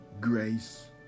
grace